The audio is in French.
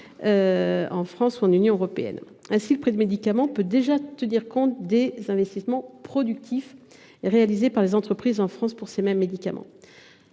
en France ou en Union européenne. Ainsi, le prix du médicament tient déjà compte des investissements productifs réalisés par les entreprises en France pour ces mêmes médicaments.